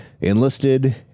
enlisted